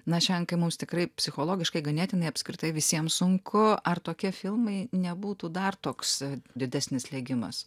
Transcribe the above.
na šian kai mums tikrai psichologiškai ganėtinai apskritai visiem sunku ar tokie filmai nebūtų dar toks didesnis slėgimas